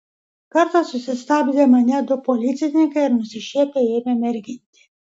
kartą susistabdė mane du policininkai ir nusišiepę ėmė merginti